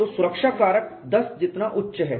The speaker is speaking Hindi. तो सुरक्षा कारक 10 जितना उच्च है